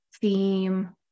theme